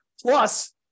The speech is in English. Plus